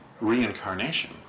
reincarnation